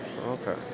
Okay